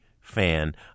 fan